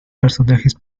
personajes